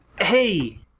Hey